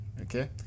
Okay